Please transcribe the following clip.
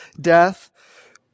death